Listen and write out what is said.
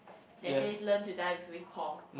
that says learn to dive with Paul